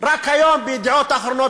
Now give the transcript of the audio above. רק היום פורסם ב"ידיעות אחרונות"